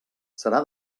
serà